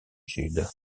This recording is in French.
sud